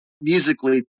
musically